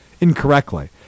incorrectly